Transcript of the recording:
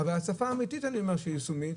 אבל הצפה אמיתית שהיא יישומית,